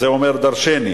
אז זה אומר דורשני.